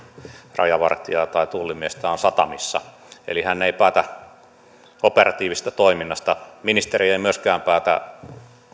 rajavartijaa tai tullimiestä on satamissa eli hän ei päätä operatiivisesta toiminnasta ministeri ei ei myöskään päätä